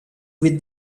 with